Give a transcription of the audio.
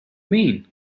mean